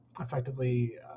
effectively